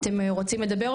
אתם רוצים לדבר?